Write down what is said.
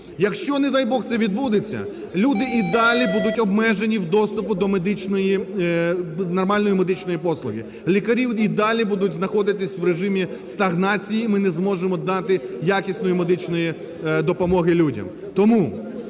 Якщо, не дай Бог, це відбудеться, люди і далі будуть обмежені в доступу до медичної… нормальної медичної послуги. Лікарі і далі будуть знаходитись в режимі стагнації, ми не зможемо дати якісної медичної допомоги людям. Тому